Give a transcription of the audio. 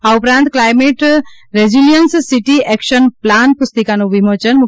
આ ઉપરાંત climate resilience city action plan પુસ્તિકાનું વિમોચન માન